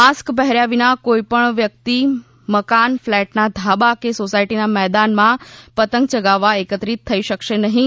mask પહેર્યા વિના કોઈપણ વ્યક્તિ મકાન ફ્લેટના ધાબા કે સોસાયટીના મેદાનમાં પતંગ યગાવવા એકત્રિત થઈ શકશે નહીં